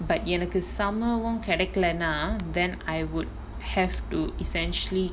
but எனக்கு:enakku summer வும் கெடைகளனா:vum kedaikalaana then I would have to essentially